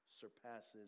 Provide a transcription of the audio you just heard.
surpasses